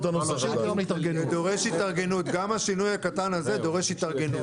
גם השינוי הקטן הזה דורש התארגנות.